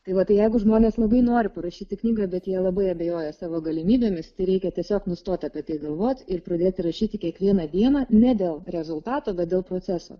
tai vat tai jeigu žmonės labai nori parašyti knygą bet jie labai abejoja savo galimybėmis tereikia tiesiog nustoti apie tai galvot ir pradėti rašyti kiekvieną dieną ne dėl rezultato bet dėl proceso